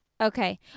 Okay